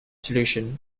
solution